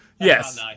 Yes